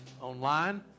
online